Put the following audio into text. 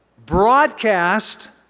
broadcast